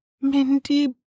Mindy